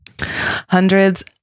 Hundreds